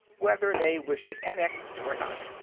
whether they wish it annexed or not.